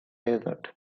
desert